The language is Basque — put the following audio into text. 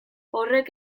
horrek